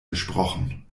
gesprochen